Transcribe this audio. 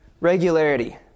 regularity